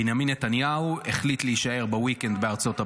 בנימין נתניהו החליט להישאר ב-weekend בארצות הברית.